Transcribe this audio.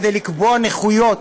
כדי לקבוע נכויות.